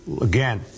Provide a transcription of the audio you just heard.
Again